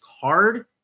card